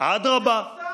אדרבה,